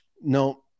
no